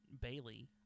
Bailey